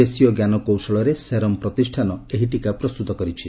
ଦେଶୀୟ ଜ୍ଞାନକୌଶଳରେ ସେରମ୍ ପ୍ରତିଷ୍ଠାନ ଏହି ଟୀକା ପ୍ରସ୍ତୁତ କରିଛି